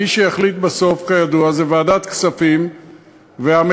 מי שיחליט בסוף, כידוע, אלה ועדת הכספים והמליאה.